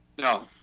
No